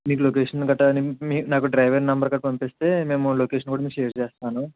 మీకు లొకేషన్ గట్టా మీ నాకు డ్రైవర్ నెంబర్ కట్టా పంపిస్తే మేము లొకేషన్ కూడా మీకు షేర్ చేస్తాను